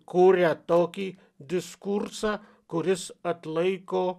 kūria tokį diskursą kuris atlaiko